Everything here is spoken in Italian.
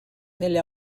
nelle